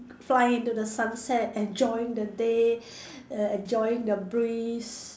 cry into the sunset enjoying the day err enjoy the breath